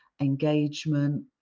engagement